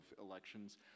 elections